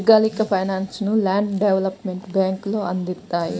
దీర్ఘకాలిక ఫైనాన్స్ను land development బ్యేంకులు అందిత్తాయి